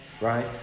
right